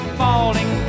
falling